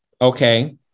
Okay